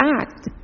act